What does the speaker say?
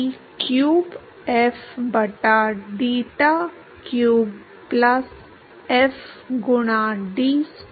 इसलिए y के बराबर डेल्टा eta 5 के बराबर है जो कि 5 से nu x के वर्गमूल में uinfinity द्वारा दिया जाता है